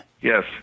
Yes